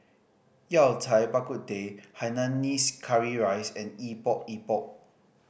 Yao Cai Bak Kut Teh hainanese curry rice and Epok Epok